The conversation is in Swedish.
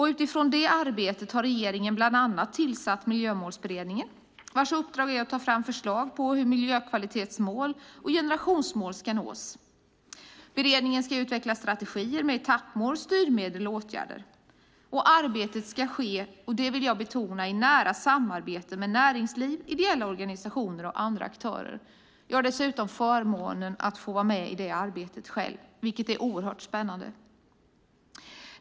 Utifrån det arbetet har regeringen bland annat tillsatt Miljömålsberedningen vars uppdrag är att ta fram förslag på hur miljökvalitetsmål och generationsmål ska nås. Beredningen ska utveckla strategier med etappmål, styrmedel och åtgärder. Arbetet ska ske, och det vill jag betona, i nära samarbete med näringsliv, ideella organisationer och andra aktörer. Jag har förmånen att få vara med i det arbetet, vilket är oerhört spännande.